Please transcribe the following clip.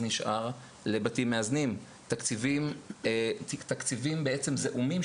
לבתים מאזנים נשארות רק השאריות בעצם תקציבים זעומים,